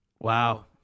wow